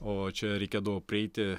o čia reikėdavo prieiti